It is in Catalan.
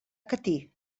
catí